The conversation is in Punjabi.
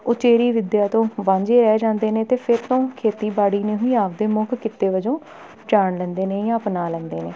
ਉਚੇਰੀ ਜਿਹੜੀ ਵਿੱਦਿਆ ਤੋਂ ਵਾਂਝੇ ਰਹਿ ਜਾਂਦੇ ਨੇ ਅਤੇ ਫਿਰ ਤੋਂ ਖੇਤੀਬਾੜੀ ਨੂੰ ਹੀ ਆਪਣੇ ਮੁੱਖ ਕਿੱਤੇ ਵਜੋਂ ਜਾਣ ਲੈਂਦੇ ਨੇ ਜਾਂ ਅਪਣਾ ਲੈਂਦੇ ਨੇ